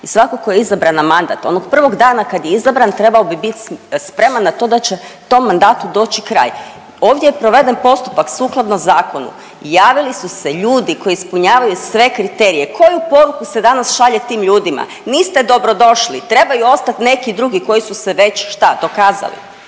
i svako ko je izabran na mandat onog prvog dana kad je izabran trebao bi bit spreman na to da će tom mandatu doći kraj. Ovdje je proveden postupak sukladno zakonu i javili su se ljudi koji ispunjavaju sve kriterije. Koju poruku se danas šalje tim ljudima? Niste dobrodošli, trebaju ostati neki drugi koji su se već šta? Dokazali.